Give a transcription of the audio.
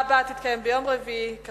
אני קובעת שהוועדה המוסמכת לדון בהצעת חוק זו